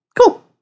cool